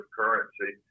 currency